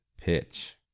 pitch